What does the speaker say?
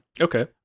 Okay